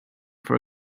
for